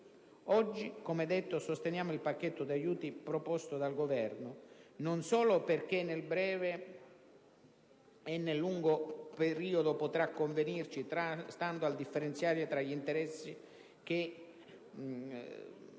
Oggi, come detto, sosteniamo il pacchetto di aiuti proposto dal Governo, non solo perché nel breve e nel lungo periodo potrà convenirci, stando al differenziale tra gli interessi pagati